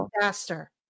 faster